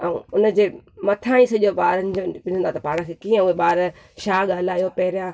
ऐं उन जे मथां ईं सॼो ॿारनि जो थींदो आहे पाण खे कीअं ॿार छा ॻाल्हायो पहिरियों